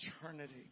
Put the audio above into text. eternity